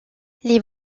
les